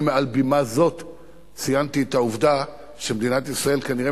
אני מעל בימה זו ציינתי את העובדה שמדינת ישראל כנראה